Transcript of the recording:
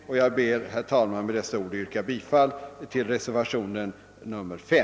Herr talman! Med dessa ord ber jag att få yrka bifall till reservationen nr 5.